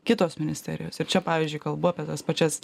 kitos ministerijos ir čia pavyzdžiui kalbu apie tas pačias